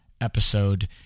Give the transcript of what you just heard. episode